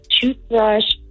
toothbrush